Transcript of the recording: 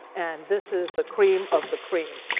and this is the cream of the cream.